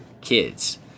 kids